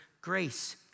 grace